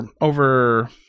over